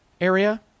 area